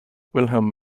wilhelm